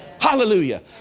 Hallelujah